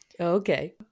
Okay